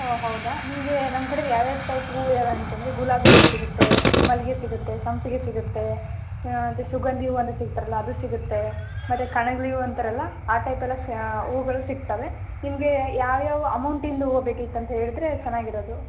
ಹೋ ಹೌದಾ ನಿಮಗೆ ನಮ್ಮ ಕಡೆ ಯಾವ ಯಾವ ಟೈಪ್ ಹೂವು ಇದ್ದಾವೆ ಅಂತ ಅಂದರೆ ಗುಲಾಬಿ ಹೂವು ಸಿಗುತ್ತೆ ಮಲ್ಲಿಗೆ ಸಿಗುತ್ತೆ ಸಂಪಿಗೆ ಸಿಗುತ್ತೆ ಸುಗಂಧಿ ಹೂವು ಅಂತ ಸಿಗ್ತಾರಲ್ಲ ಅದು ಸಿಗುತ್ತೆ ಮತ್ತೆ ಕಣಗಲೆ ಹೂವು ಅಂತಾರಲ್ಲ ಆ ಟೈಪ್ ಎಲ್ಲ ಸ್ಯಾ ಹೂಗಳು ಸಿಗ್ತವೆ ನಿಮಗೆ ಯಾವ ಯಾವ ಅಮೌಂಟಿಂದು ಹೂವು ಬೇಕಾಗಿತ್ತು ಅಂತ ಹೇಳಿದರೆ ಚೆನ್ನಾಗಿ ಇರೋದು